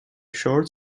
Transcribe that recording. short